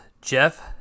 Jeff